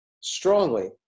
strongly